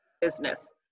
business